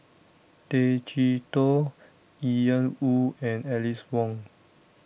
Tay Chee Toh Ian Woo and Alice Ong